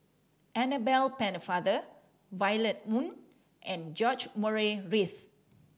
Annabel Pennefather Violet Oon and George Murray Reith